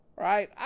right